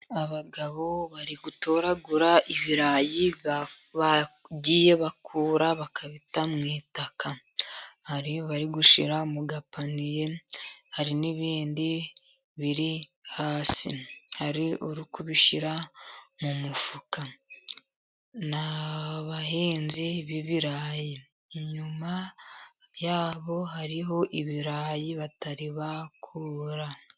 Abagabo bari gutoragura ibirayi, bagiye bakura bakabita mu itaka, bari gushira mu gapaniye hari n' ibindi biri hasi, hari uri kubishyira mu mufuka n' abahinzi b' ibirayi. Inyuma yabo hariho ibirayi batari bakura.